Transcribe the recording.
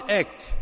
act